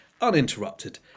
uninterrupted